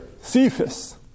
Cephas